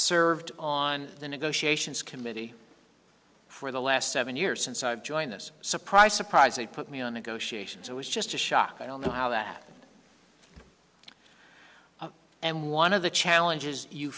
served on the negotiations committee for the last seven years since i joined this surprise surprise they put me on the go she was just a shock i don't know how that and one of the challenges you